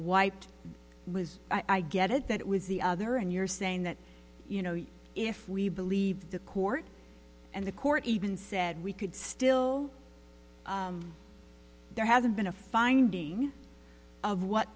wiped was i get it that it was the other and you're saying that you know if we believe the court and the court even said we could still there hasn't been a finding of what